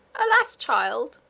alas! child,